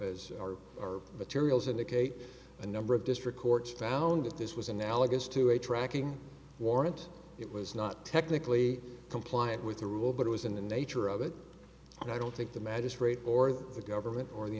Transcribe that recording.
as our materials indicate a number of district court found that this was analogous to a tracking warrant it was not technically compliant with the rule but it was in the nature of it and i don't think the magistrate or the government or the